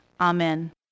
Amen